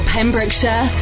Pembrokeshire